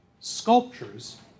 sculptures